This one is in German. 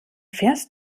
fährst